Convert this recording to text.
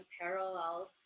parallels